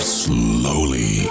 slowly